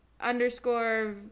underscore